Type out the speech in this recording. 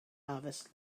harvest